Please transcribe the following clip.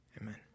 Amen